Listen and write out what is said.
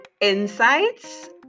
insights